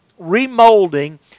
remolding